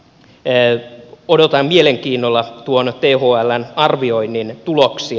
toisaalta odotan mielenkiinnolla thln arvioinnin tuloksia